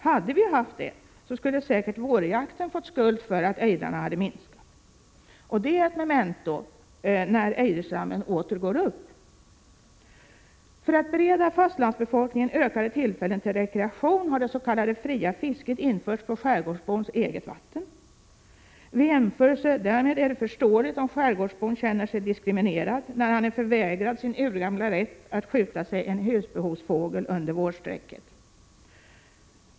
Hade vi haft det, skulle säkert vårjakten ha fått skulden för att ejdrarna minskat i antal. Det är ett memento när ejderstammen åter ökar. För att bereda fastlandsbefolkningen ökade tillfällen till rekreation har det s.k. fria fisket införts på skärgårdsbons eget vatten. Vid jämförelse därmed är det förståeligt om skärgårdsbon känner sig diskriminerad, när han är förvägrad sin urgamla rätt att skjuta sig en husbehovsfågel under vårsträcket.